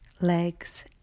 legs